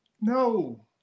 No